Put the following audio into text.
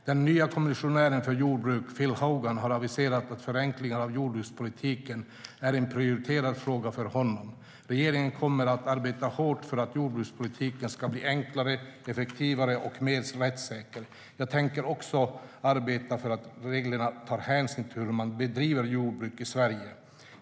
Den nye kommissionären för jordbruk, Phil Hogan, har aviserat att förenkling av jordbrukspolitiken är en prioriterad fråga för honom. Regeringen kommer att arbeta hårt för att jordbrukspolitiken ska bli enklare, effektivare och mer rättssäker. Jag tänker också arbeta för att reglerna tar hänsyn till hur man bedriver jordbruk i Sverige.